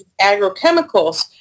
agrochemicals